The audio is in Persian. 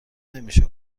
نمیشه